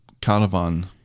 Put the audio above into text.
caravan